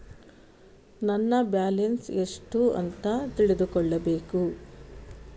ನನ್ನ ಬ್ಯಾಲೆನ್ಸ್ ಎಷ್ಟು ಅಂತ ತಿಳಿದುಕೊಳ್ಳಬೇಕು?